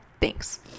thanks